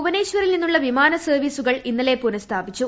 ഭുവനേശ്വറിൽ നിന്നുള്ള വിമാന സർവീസുകൾ ഇന്നലെ പുനഃസ്ഥാപിച്ചു